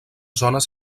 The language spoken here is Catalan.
zones